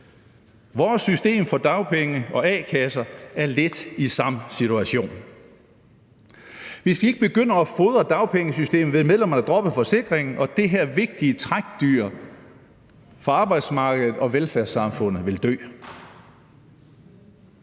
Vores system for dagpenge og a-kasser er lidt i samme situation. Hvis vi ikke begynder at fodre dagpengesystemet, vil medlemmerne droppe forsikringen, og det her vigtige trækdyr for arbejdsmarkedet og velfærdssamfundet vil dø.